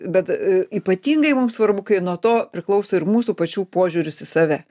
bet a ypatingai mums svarbu kai nuo to priklauso ir mūsų pačių požiūris į save